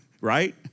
right